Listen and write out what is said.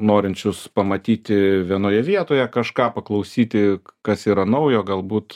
norinčius pamatyti vienoje vietoje kažką paklausyti kas yra naujo galbūt